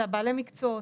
זה בעלי המקצועות,